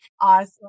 Awesome